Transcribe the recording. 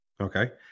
Okay